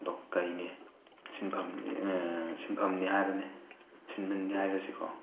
ꯗꯣ ꯀꯩꯅꯩ ꯁꯤꯟꯐꯝꯅꯦ ꯁꯤꯟꯐꯝꯅꯦ ꯍꯥꯏꯕꯅꯦ ꯁꯤꯟꯐꯝꯅꯦ ꯍꯥꯏꯕꯁꯤꯀꯣ